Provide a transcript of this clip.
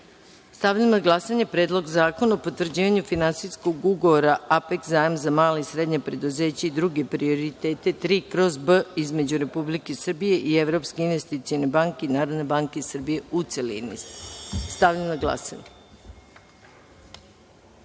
zakona. Stavljam na glasanje Predlog zakona o potvrđivanju Finansijskog ugovora „Apeks zajam za mala i srednja preduzeća i druge prioritete III/B“ između Republike Srbije i Evropske investicione banke i Narodne banke Srbije, u celini. Zaključujem glasanje